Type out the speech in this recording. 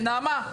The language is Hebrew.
נעמה,